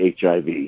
HIV